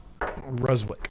Ruswick